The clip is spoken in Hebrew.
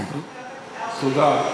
תודה.